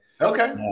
Okay